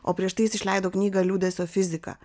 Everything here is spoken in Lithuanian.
o prieš tai jis išleido knygą liūdesio fizika